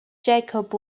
jacob